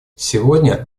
сегодня